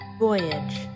Voyage